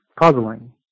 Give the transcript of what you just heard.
puzzling